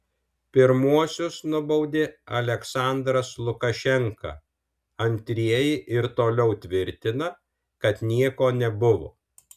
pirmuosius nubaudė aliaksandras lukašenka antrieji ir toliau tvirtina kad nieko nebuvo